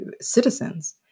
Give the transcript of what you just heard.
citizens